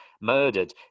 murdered